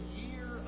year